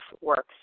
works